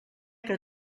que